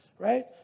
right